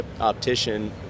optician